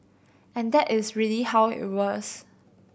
and that is really how it was